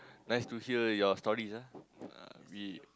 nice to hear your stories ah uh we